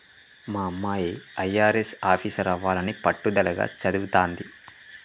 మా అమ్మాయి అయ్యారెస్ ఆఫీసరవ్వాలని పట్టుదలగా చదవతాంది